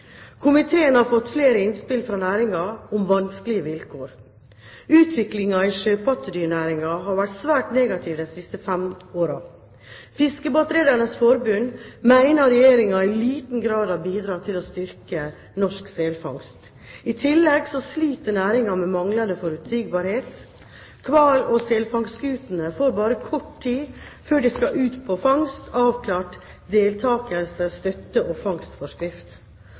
Komiteen har fått flere innspill fra næringen om vanskelige vilkår. Utviklingen i sjøpattedyrnæringen har vært svært negativ de siste fem årene. Fiskebåtredernes Forbund mener Regjeringen i liten grad har bidratt til å styrke norsk selfangst. I tillegg sliter næringen med manglende forutsigbarhet. Hval- og selfangstskutene får bare kort tid før de skal ut på fangst, avklart deltakelse, støtte og fangstforskrift.